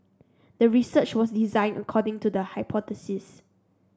the research was designed according to the hypothesis